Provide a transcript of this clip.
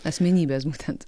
asmenybės būtent